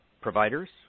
providers